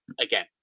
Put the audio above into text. again